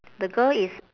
the girl is